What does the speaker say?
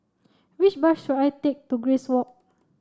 which bus should I take to Grace Walk